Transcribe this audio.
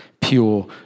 pure